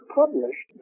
published